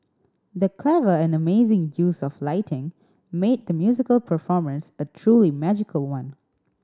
the clever and amazing use of lighting made the musical performance a truly magical one